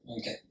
Okay